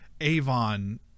Avon